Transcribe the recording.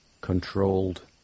controlled